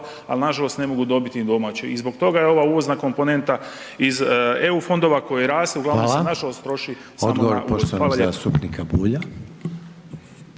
al nažalost ne mogu dobiti ni domaće. I zbog toga je ova uvozna komponenta iz EU fondova koji rastu …/Upadica: Hvala./… uglavnom se nažalost troši samo na